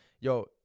yo